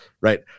right